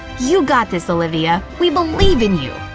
you got this, olivia! we believe in you!